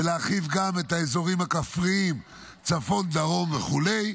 וגם להרחיב את האזורים הכפריים בצפון ובדרום וכדומה.